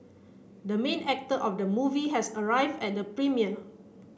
the main actor of the movie has arrive at the premiere